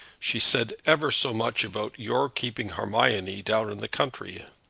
she said ever so much about your keeping hermione down in the country.